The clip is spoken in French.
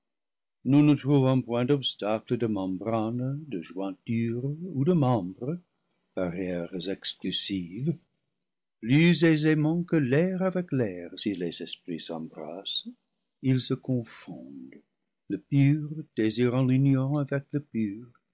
nous ne trouvons point d'obstacles de membrane de jointure ou de membre barriè res exclusives plus aisément que l'air avec l'air si les esprits s'embrassent ils se confondent le pur désirant l'union avec le pur